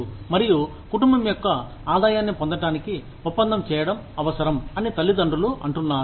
మరియు కుటుంబం యొక్క ఆదాయాన్ని పొందటానికి ఒప్పందం చేయడం అవసరం అని తల్లిదండ్రులు అంటున్నారు